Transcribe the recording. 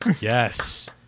Yes